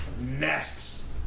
nests